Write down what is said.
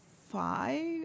five